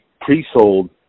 pre-sold